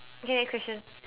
okay next question